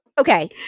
Okay